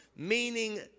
Meaning